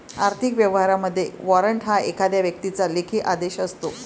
आर्थिक व्यवहारांमध्ये, वॉरंट हा एखाद्या व्यक्तीचा लेखी आदेश असतो